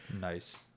Nice